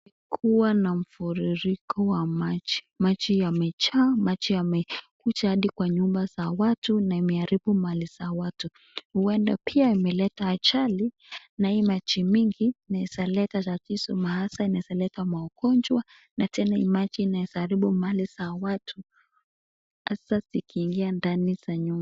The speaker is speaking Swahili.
kuwa na mfururiko wa maji, maji yamejaa maji yamekuja hadi nyumba za watu na imeharibu mali za watu huenda pia imeleta ajali na hii maji mingi inaeza leta tatizo mahafa na inaeza leta maafa na magonjwa na tena inaeza haribu mali za watu hasa zikiingia ndani za nyumba za watu.